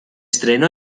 entrenó